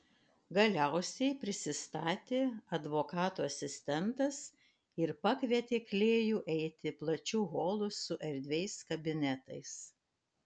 galiausiai prisistatė advokato asistentas ir pakvietė klėjų eiti plačiu holu su erdviais kabinetais